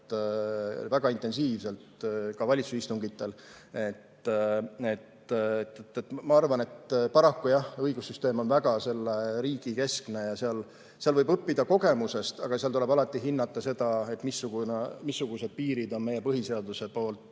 väga intensiivselt ka valitsuse istungitel. Ma arvan, et paraku jah, õigussüsteem on väga selle riigi keskne ja seal võib õppida kogemusest, aga seal tuleb alati hinnata seda, missugused piirid on meie põhiseadus